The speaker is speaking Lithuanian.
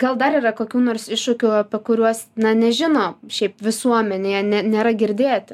gal dar yra kokių nors iššūkių apie kuriuos na nežino šiaip visuomenėje ne nėra girdėti